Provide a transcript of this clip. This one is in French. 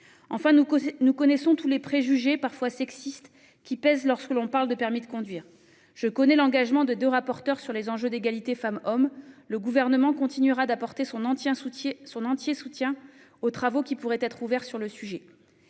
Enfin, nous connaissons tous les préjugés, parfois sexistes, qui pèsent lorsque l'on parle de permis de conduire. Je connais l'engagement des deux rapporteurs sur les enjeux d'égalité femmes-hommes. Le Gouvernement continuera d'apporter son entier soutien aux travaux qui pourraient être menés sur le sujet.